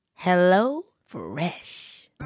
HelloFresh